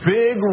big